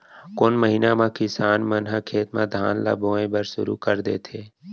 कोन महीना मा किसान मन ह खेत म धान ला बोये बर शुरू कर देथे?